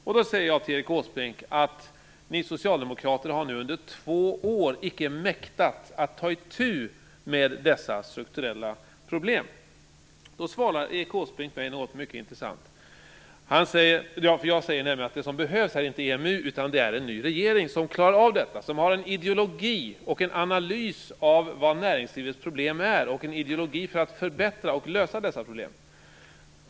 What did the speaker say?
Jag sade till Erik Åsbrink: Ni socialdemokrater har nu under två år icke mäktat ta itu med dessa strukturella problem. Det som behövs här är inte EMU, utan det är en ny regering, som klarar av detta, som har en analys av vilka näringslivets problem är och en ideologi för att lösa dessa problem.